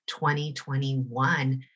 2021